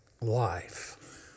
life